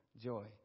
joy